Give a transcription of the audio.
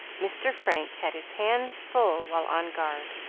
mr. frank had his hands full while on guard.